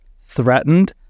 threatened